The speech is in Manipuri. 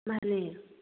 ꯃꯥꯅꯦ